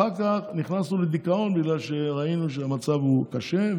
אחר כך נכנסנו לדיכאון בגלל שראינו שהמצב קשה,